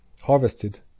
harvested